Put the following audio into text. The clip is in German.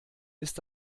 ist